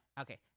okay